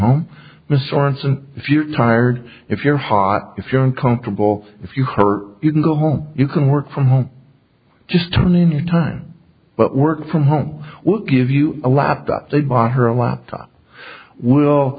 ensign if you're tired if you're hot if you're uncomfortable if you hurt you can go home you can work from home just turning your time but work from home would give you a laptop they bought her a laptop will